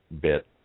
bit